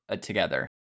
together